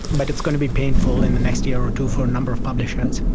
but it's going to be painful in the next year or two for a number of publishers.